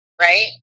Right